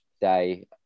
day